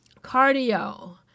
cardio